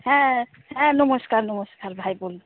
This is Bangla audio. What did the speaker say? হ্যাঁ হ্যাঁ নমস্কার নমস্কার ভাই বলুন